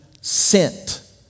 sent